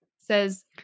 says